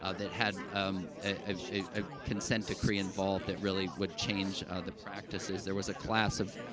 ah that had, um, a a consent decree involved that really would change, ah, the practices. there was a class of,